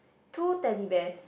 two Teddy Bears